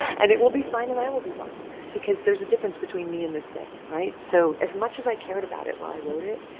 and it will be fine and i will be fine because there's a difference between me and this thing. right? so as much as i cared about it while i wrote it,